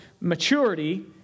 maturity